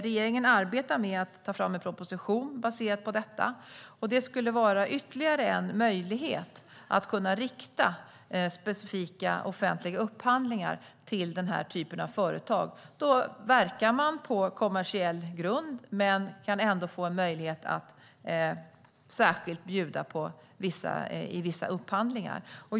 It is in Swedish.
Regeringen arbetar med att ta fram en proposition baserad på detta. Det skulle vara ytterligare en möjlighet att rikta specifika offentliga upphandlingar till denna typ av företag. Då verkar man på kommersiell grund men kan ändå få en möjlighet att särskilt bjuda i vissa upphandlingar.